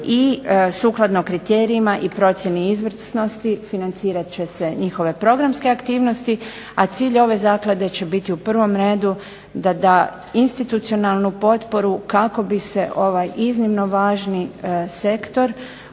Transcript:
i sukladno kriterijima i procjeni izvrsnosti financirat će se njihove programske aktivnosti, a cilj ove zaklade će biti u prvom redu da da institucionalnu potporu kako bi se ovaj iznimno važni sektor,